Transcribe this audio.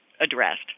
addressed